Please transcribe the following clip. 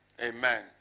Amen